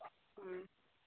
ꯎꯝ